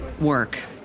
work